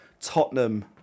Tottenham